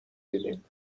بینیم